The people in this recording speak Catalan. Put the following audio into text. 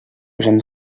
posem